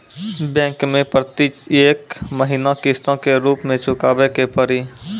Bank मैं प्रेतियेक महीना किस्तो के रूप मे चुकाबै के पड़ी?